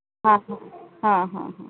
हा हा हा हा हा